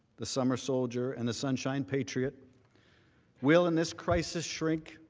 the summer soldier and the sunshine patriot will in this crisis shrink